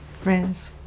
Friends